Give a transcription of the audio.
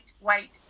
wait